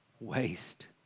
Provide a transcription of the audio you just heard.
waste